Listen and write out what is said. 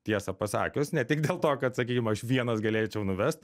tiesą pasakius ne tik dėl to kad sakykim aš vienas galėčiau nuvest